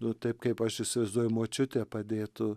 nu taip kaip aš įsivaizduoju močiutė padėtų